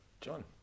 John